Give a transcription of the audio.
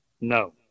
No